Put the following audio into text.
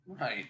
Right